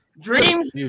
dreams